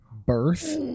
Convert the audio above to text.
Birth